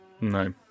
No